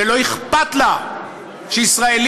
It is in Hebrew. ולא אכפת לה שישראלים,